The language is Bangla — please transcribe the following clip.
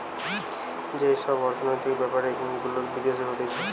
যেই সব অর্থনৈতিক বেপার গুলা বিদেশে হতিছে